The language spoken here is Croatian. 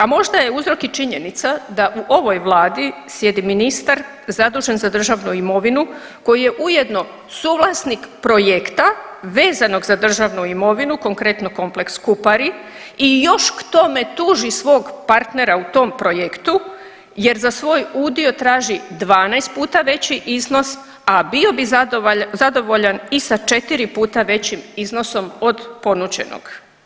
A možda je uzrok i činjenica d au ovoj vladi sjedi ministar zadužen za državnu imovinu koji je ujedno suvlasnik projekta vezanog za državnu imovinu konkretno kompleks Kupari i još k tome tuži svog partnera u tom projektu jer za svoj udio traži 12 puta veći iznos, a bio bi zadovoljan i sa 4 puta većim iznosom od ponuđenog.